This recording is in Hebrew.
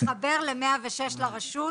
קו 106 של הרשות.